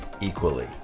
equally